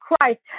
Christ